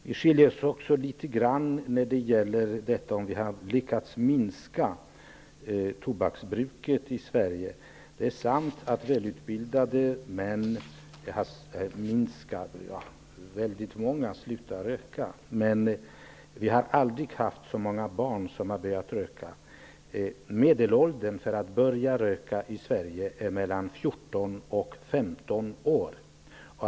Vi skiljer oss åt litet grand i uppfattningen om hur mycket tobaksbruket har lyckats minska i Sverige. Det är sant att många välutbildade män har slutat röka. Men vi har aldrig haft så många barn som har börjat röka. Medelåldern för dem som börjar röka i Sverige är 14--15 år.